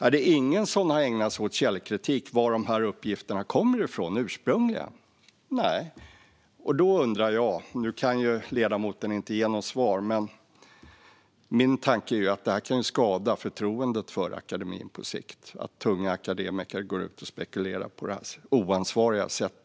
Är det ingen som har ägnat sig åt källkritik och kontrollerat varifrån de här uppgifterna ursprungligen kommer? Nej. Nu kan ledamoten inte ge något svar, men min tanke är att det kan skada förtroendet för akademin på sikt att tunga akademiker går ut och spekulerar på detta oansvariga sätt.